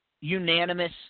unanimous